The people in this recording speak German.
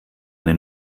eine